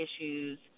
issues